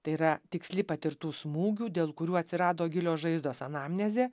tai yra tiksli patirtų smūgių dėl kurių atsirado gilios žaizdos anamnezė